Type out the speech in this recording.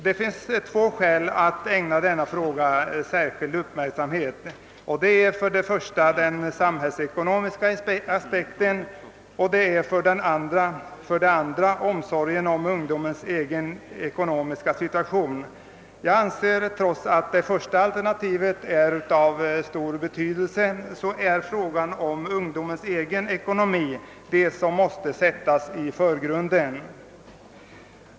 Det finns två skäl att ägna denna fråga särskild uppmärksamhet, nämligen för det första den samhällsekonomiska aspekten och för det andra omsorgen om ungdomens egen ekonomiska situation. Jag anser — trots att det första alternativet är av stor betydelse — att frågan om ungdomens egen ekonomi är det som måste sättas i förgrunden.